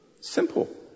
Simple